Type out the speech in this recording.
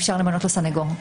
אפשר למנות לו סניגור.